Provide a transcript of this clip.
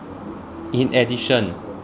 in addition